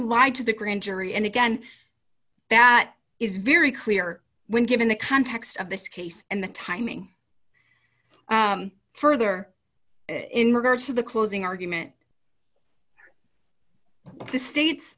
lied to the grand jury and again that is very clear when given the context of this case and the timing further in regards to the closing argument the state